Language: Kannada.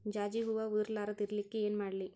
ಜಾಜಿ ಹೂವ ಉದರ್ ಲಾರದ ಇರಲಿಕ್ಕಿ ಏನ ಮಾಡ್ಲಿ?